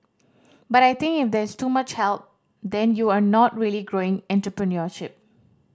but I think if there's too much help then you are not really growing entrepreneurship